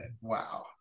Wow